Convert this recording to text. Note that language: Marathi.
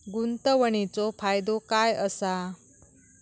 गुंतवणीचो फायदो काय असा?